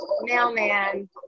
mailman